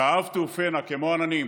"כעב תעופנה", כמו עננים,